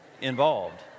involved